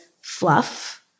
fluff